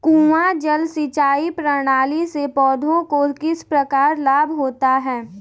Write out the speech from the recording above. कुआँ जल सिंचाई प्रणाली से पौधों को किस प्रकार लाभ होता है?